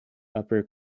upper